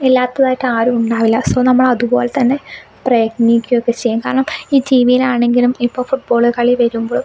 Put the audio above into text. ഇല്ലാത്തതായിട്ട് ആരും ഉണ്ടാവില്ല സോ നമ്മൾ അതുപോലെ തന്നെ പ്രയത്നിക്കുകയൊക്കെ ചെയ്യും കാരണം ഈ ടി വിയിൽ ആണെങ്കിലും ഇപ്പോൾ ഫുട് ബോൾ കളി വരുമ്പോഴും